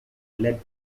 led